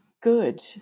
good